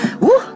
Woo